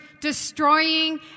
destroying